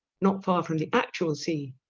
not far from the actual sea.